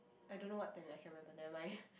I don't know what time I can't remember nevermind